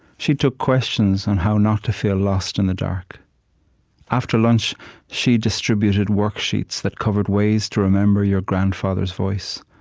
she took questions on how not to feel lost in the dark after lunch she distributed worksheets that covered ways to remember your grandfather's voice.